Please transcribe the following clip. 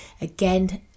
again